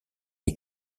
les